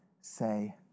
Say